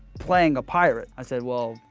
playing a pirate. i said, well,